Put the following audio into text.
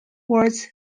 was